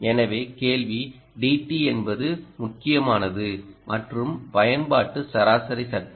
எனவே கேள்வி dT என்பது முக்கியமானது மற்றும் பயன்பாட்டு சராசரி சக்தி